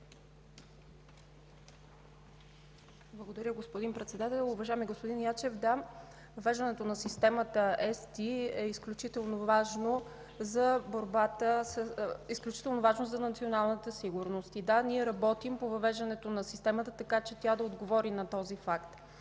Благодаря, господин Председател. Уважаеми господин Ячев, да, въвеждането на системата ЕСТИ е изключително важно за националната сигурност. Да, ние работим по въвеждането на системата, така че тя да отговори на това.